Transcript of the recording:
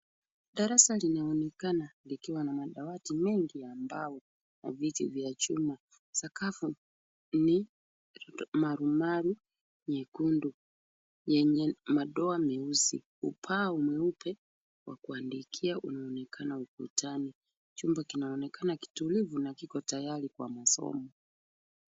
Darasa linaonekana likiwa na madawati mengi ya mbao na viti vya chuma. Sakafu ni marumaru nyekundu yenye madoa meusi. Ubao mweupe wa kuandikia unaonekana ukutani. Chumba kinaonekana kitulivu na kiko tayari kwa masomo.